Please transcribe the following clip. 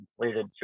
completed